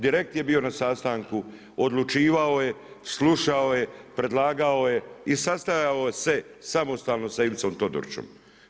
Direkt je bio na sastanku, odlučivao je, slušao je, predlagao je i sastajao se, samostalno sa Ivicom Todorićem.